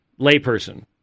layperson